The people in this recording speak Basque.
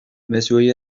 mezuei